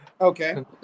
Okay